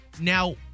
Now